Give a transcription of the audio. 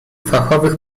fachowych